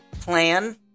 plan